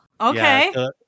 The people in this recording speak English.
okay